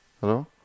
Hello